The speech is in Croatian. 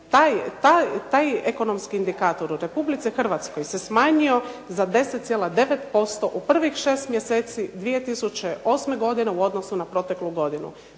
Taj ekonomski indikator u Republici Hrvatskoj se smanjio za 10,9% u prvih šest mjeseci 2008. u odnosu na proteklu godinu.